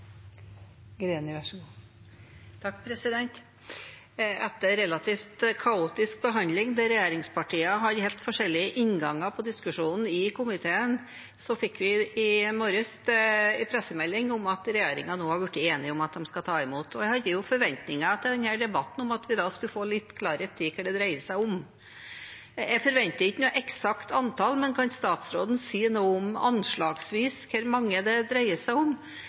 Etter en relativt kaotisk behandling, der regjeringspartiene har helt forskjellige innganger til diskusjonen i komiteen, fikk vi i morges en pressemelding om at regjeringen nå hadde blitt enig om at de skal ta imot. Jeg hadde forventninger til at vi i denne debatten skulle få litt klarhet i hva det dreier seg om. Jeg forventer ikke et eksakt antall, men kan statsråden anslagsvis si noe om hvor mange det dreier seg om?